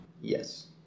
Yes